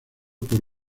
por